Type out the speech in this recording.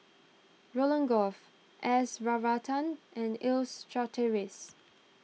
Roland Goh S Varathan and Leslie Charteris